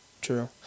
True